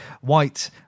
white